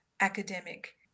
academic